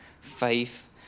faith